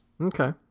Okay